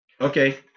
Okay